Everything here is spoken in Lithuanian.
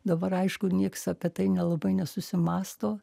dabar aišku nieks apie tai nelabai nesusimąsto